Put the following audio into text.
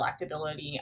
electability